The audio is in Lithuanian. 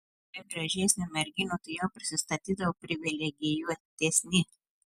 prie gražesnių merginų tuojau prisistatydavo privilegijuotesni